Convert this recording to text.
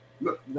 Look